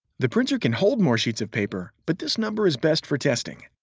the printer can hold more sheets of paper, but this number is best for testing.